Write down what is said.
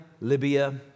Libya